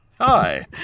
Hi